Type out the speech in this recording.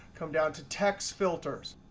come down to text filters.